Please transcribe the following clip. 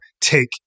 take